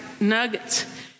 nuggets